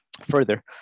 Further